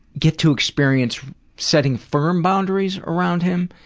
get to experience setting firm boundaries around him,